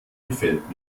gefällt